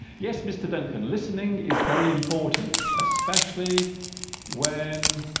yes mr. duncan listening is very important especially when